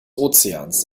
ozeans